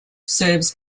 serves